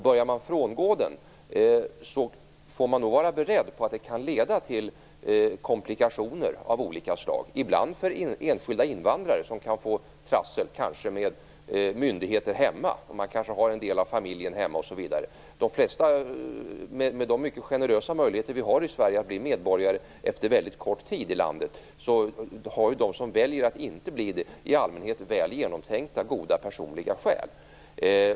Börjar man frångå den får man nog vara beredd på att det kan leda till komplikationer av olika slag, ibland för enskilda invandrare, som kan få trassel med myndigheter hemma. Man kanske har en del av familjen hemma. Med de mycket generösa möjligheter vi har i Sverige att bli medborgare efter mycket kort tid i landet har de som väljer att inte bli det i allmänhet väl genomtänkta, goda personliga skäl.